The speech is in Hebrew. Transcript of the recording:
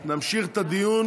ונמשיך את הדיון